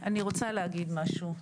כן, אני רוצה להגיד משהו.